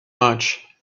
much